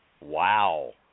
Wow